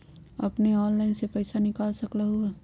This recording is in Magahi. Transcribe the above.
अपने ऑनलाइन से पईसा निकाल सकलहु ह?